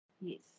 yes